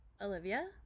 Olivia